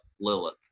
Lilith